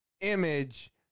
image